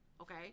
Okay